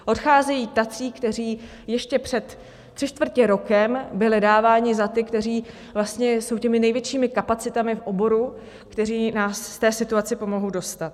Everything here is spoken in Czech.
Odcházejí tací, kteří ještě před tři čtvrtě rokem byli dáváni za ty, kteří jsou největšími kapacitami v oboru, kteří nás z té situace pomohou dostat.